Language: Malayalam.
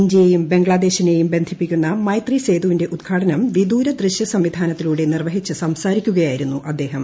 ഇന്ത്യയെയും ബംഗ്ലാദേശിനെയും ബന്ധിപ്പിക്കുന്ന മൈത്രി സേതുവിന്റെ ഉദ്ഘാടനം വിദൂര ദൃശ്യ സംവിധാനത്തിലൂടെ നിർവഹിച്ചു സംസാരിക്കുകയായിരുന്നു അദ്ദേഹം